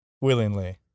willingly